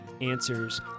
answers